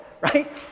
right